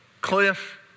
cliff